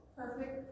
perfect